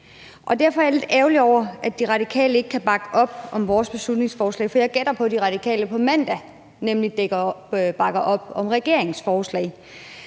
derfor er jeg lidt ærgerlig over, at De Radikale ikke kan bakke op om vores beslutningsforslag, for jeg gætter på, at De Radikale på mandag nemlig bakker op om regeringens forslag.